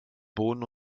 bohnen